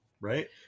right